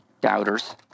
Doubters